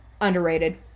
underrated